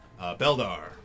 Beldar